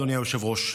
אדוני היושב-ראש.